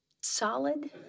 solid